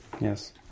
Yes